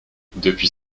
depuis